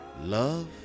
love